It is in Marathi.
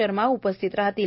शर्मा उपस्थित राहतील